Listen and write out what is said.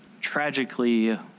tragically